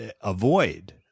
avoid